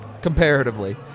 Comparatively